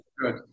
good